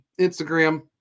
Instagram